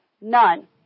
None